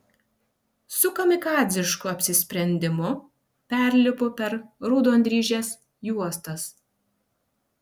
su kamikadzišku apsisprendimu perlipu per raudondryžes juostas